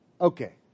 okay